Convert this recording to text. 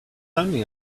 only